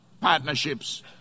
partnerships